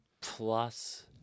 plus